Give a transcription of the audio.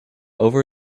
over